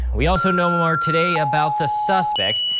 we also know more today about the suspect.